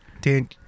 dan